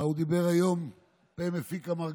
מה הוא אמר היום, הפה מפיק המרגליות?